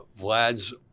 Vlad's